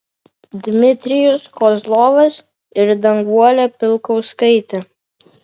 dmitrijus kozlovas ir danguolė pilkauskaitė